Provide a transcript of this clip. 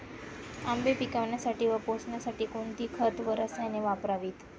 आंबे पिकवण्यासाठी व पोसण्यासाठी कोणते खत व रसायने वापरावीत?